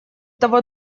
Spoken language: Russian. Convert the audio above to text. того